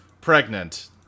pregnant